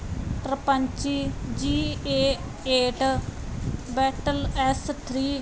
ਟਰਪੰਚੀ G A eight battle S three